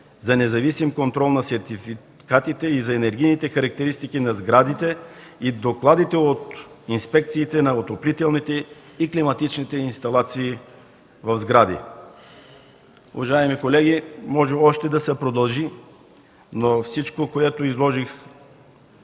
за независим контрол на сертификатите и за енергийните характеристики на сградите, и докладите от инспекциите на отоплителните и климатичните инсталации в сградите. Уважаеми колеги, може още да се продължи, но всичко, което изложих